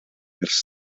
ers